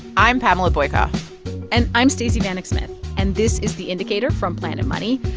i'm pamela boykoff and i'm stacey vanek-smith. and this is the indicator from planet money.